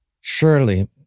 Surely